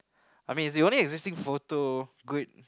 I mean it's the only existing photo good